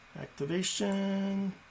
activation